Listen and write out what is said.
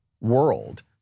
world